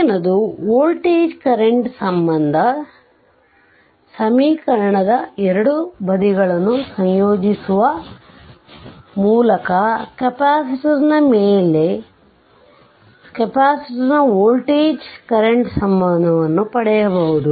ಮುಂದಿನದು voltage current ಸಂಬಂಧ ಸಮೀಕರಣದ ಎರಡೂ ಬದಿಗಳನ್ನು ಸಂಯೋಜಿಸುವ ಮೂಲಕ ಕೆಪಾಸಿಟರ್ ನ ವೋಲ್ಟೇಜ್ ಕರೆಂಟ್ ಸಂಬಂಧ ಪಡೆಯಬಹುದು